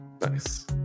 Nice